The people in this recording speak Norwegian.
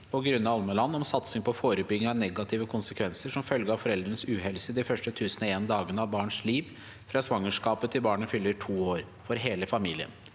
og Grunde Almeland om satsing på forebygging av negative konsekvenser som følge av for- eldres uhelse de første 1 001 dagene av barns liv – fra svangerskapet til barnet fyller to år, for hele familien